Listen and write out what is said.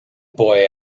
boy